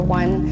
one